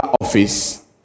office